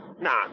nah